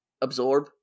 Absorb